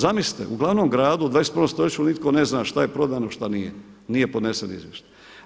Zamislite, u glavnom gradu u 21. stoljeću nitko ne zna šta je prodano a što nije, nije podnesen izvještaj.